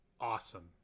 awesome